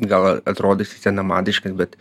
gal atrodysiu senamadiškas bet